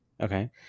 Okay